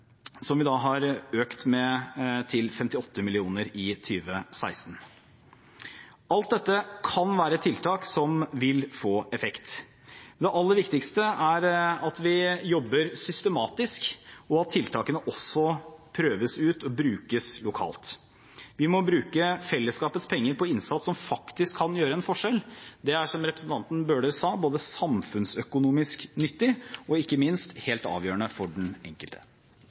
som vi har økt til 58 mill. kr i 2016. Alt dette kan være tiltak som vil få effekt. Det aller viktigste er at vi jobber systematisk, og at tiltakene også prøves ut og brukes lokalt. Vi må bruke fellesskapets penger på innsats som faktisk kan gjøre en forskjell. Det er – som representanten Bøhler sa – både samfunnsøkonomisk nyttig og, ikke minst, helt avgjørende for den enkelte.